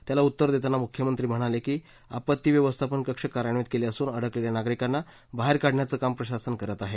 त्याला उत्तर देतांना मुख्यमंत्री म्हणाले की आपत्ती व्यवस्थापन कक्ष कार्यान्वित केले असून अडकलेल्या नागरिकांना बाहेर काढण्याचं काम प्रशासन करत आहे